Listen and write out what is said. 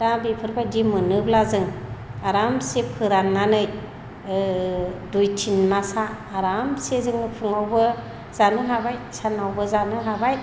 दा बेफोरबायदि मोनोब्ला जों आरामसे फोराननानै दुइ तिन मासा जों आरामसे जोङो फुङावबो जानो हाबाय सानावबो जानो हाबाय